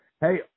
Hey